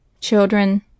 Children